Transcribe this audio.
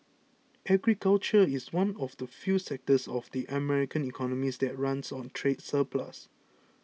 agriculture is one of the few sectors of the American economy that runs a trade surplus